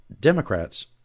Democrats